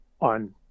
on